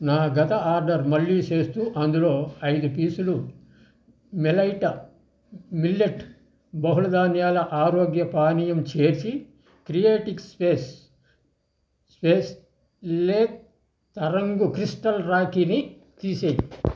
నా గత ఆర్డర్ మళ్ళీ చేస్తూ అందులో ఐదు పీసులు మిలైట మిల్లెట్ బహుళ ధాన్యాల ఆరోగ్య పానీయం చేర్చి క్రియేటిక్ స్పేస్ స్పేస్ లేతరంగు క్రిస్టల్ రాఖీని తీసేయి